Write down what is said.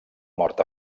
mort